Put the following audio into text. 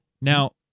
Now